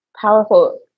Powerful